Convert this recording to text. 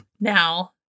Now